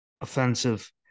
offensive